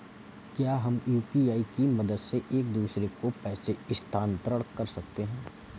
क्या हम यू.पी.आई की मदद से एक दूसरे को पैसे स्थानांतरण कर सकते हैं?